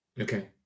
okay